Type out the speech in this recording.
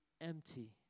empty